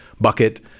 bucket